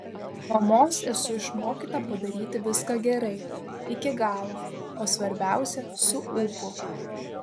mamos esu išmokyta padaryti viską gerai iki galo o svarbiausia su ūpu